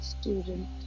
student